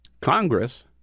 Congress—